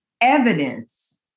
evidence